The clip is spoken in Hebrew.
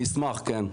אני אשמח, כן.